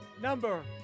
number